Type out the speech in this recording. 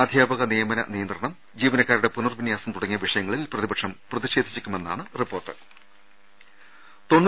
അധ്യാ പക നിയമന നിയന്ത്രണം ജീവനക്കാരുടെ പുനർവിന്യാസം തുട ങ്ങിയ വിഷയങ്ങളിൽ പ്രതിപക്ഷം പ്രതിഷേധിച്ചേക്കുമെന്നാണ് റിപ്പോർട്ട്